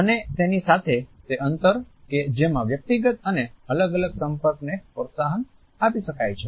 અને તેની સાથે તે અંતર કે જેમાં વ્યક્તિગત અને અલગ અલગ સંપર્કને પ્રોત્સાહન આપી શકાય છે